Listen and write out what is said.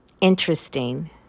interesting